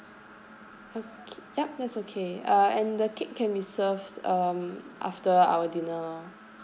okay yup that's okay uh and the cake can be served um after our dinner